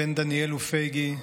בן דניאל ופייגי,